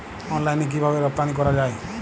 অনলাইনে কিভাবে রপ্তানি করা যায়?